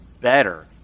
better